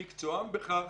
אבל יש אנשים שמקצועם בכך,